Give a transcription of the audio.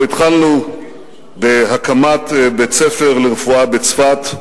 אנחנו התחלנו בהקמת בית-ספר לרפואה בצפת,